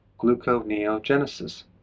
gluconeogenesis